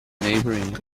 neighbouring